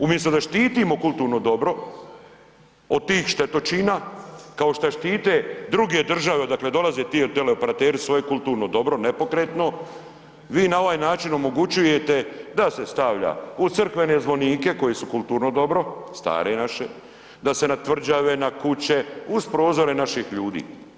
Umjesto da štitimo kulturno dobro od tih štetočina, kao šta štite druge države odakle dolaze ti teleoperateri svoje kulturno dobro nepokretno, vi na ovaj način omogućujete da se stavlja u crkvene zvonike koji su kulturno dobro stare naše, da se na tvrđave, na kuće, uz prozore naših ljudi.